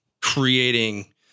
creating